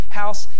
house